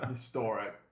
Historic